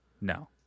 no